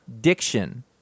diction